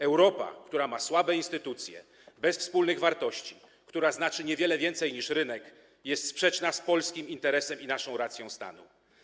Europa, która ma słabe instytucje bez wspólnych wartości, która znaczy niewiele więcej niż rynek, jest sprzeczna z polskim interesem i naszą racją stanu.